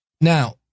Now